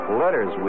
letters